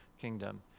kingdom